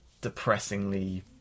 depressingly